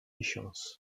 missions